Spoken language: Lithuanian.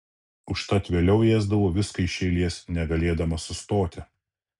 užtat vėliau ėsdavau viską iš eilės negalėdama sustoti